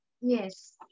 Yes